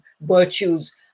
virtues